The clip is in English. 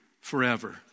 forever